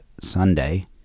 Sunday